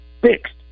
fixed